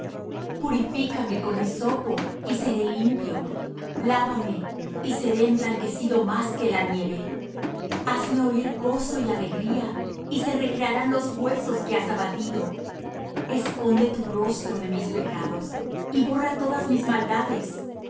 purifícame con hisopo y será limpio lávame y seré emblanquecido más que la nieve hazme oir gozo y alegría y se recrearán los huesos que has abatido esconde tu rostro de mis pecados y borra todas mis maldades